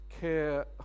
care